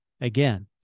again